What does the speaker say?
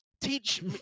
teach